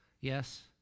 Yes